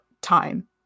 time